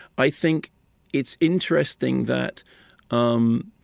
i think it's interesting that um